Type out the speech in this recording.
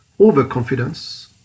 overconfidence